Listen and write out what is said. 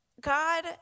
God